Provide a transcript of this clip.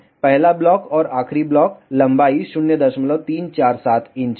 पहला ब्लॉक और आखिरी ब्लॉक लंबाई 0347 इंच है